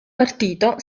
partito